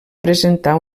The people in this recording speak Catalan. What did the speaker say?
presentar